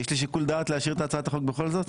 יש לי שיקול דעת להשאיר את הצעת החוק בכל זאת?